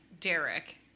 Derek